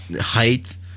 height